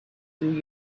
through